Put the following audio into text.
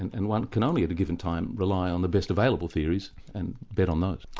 and and one can only at a given time, rely on the best available theories, and bet on those.